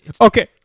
Okay